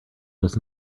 does